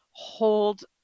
hold